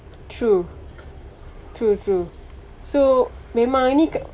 true true true so memang ini